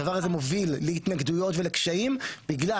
הדבר הזה מוביל להתנגדויות ולקשיים בגלל